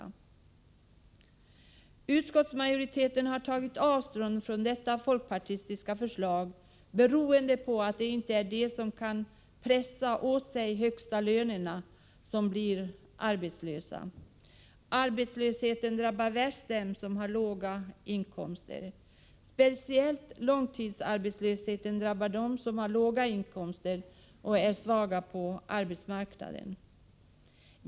Från utskottsmajoritetens sida har vi tagit avstånd från detta förslag från folkpartiet. Vi menar att det inte är de som kan roffa åt sig de högsta lönerna som blir arbetslösa. Värst drabbas de som har låga inkomster. Speciellt långtidsarbetslösheten drabbar dessa grupper, som också är svaga på arbetsmarknaden.